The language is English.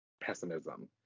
pessimism